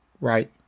right